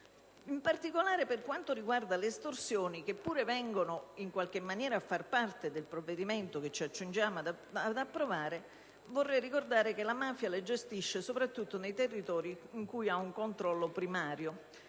In particolare, per quanto riguarda le estorsioni, fattispecie che in qualche maniera è toccata dal provvedimento che ci accingiamo ad approvare, vorrei ricordare che la mafia gestisce tale attività soprattutto nei territori in cui ha un controllo primario,